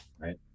right